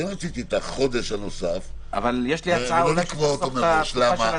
כן רציתי את החודש הנוסף ולא לקבוע אותו מראש.